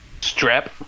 Strap